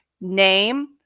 name